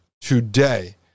today